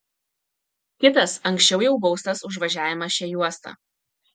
kitas anksčiau jau baustas už važiavimą šia juosta